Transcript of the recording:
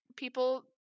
people